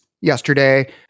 yesterday